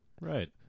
Right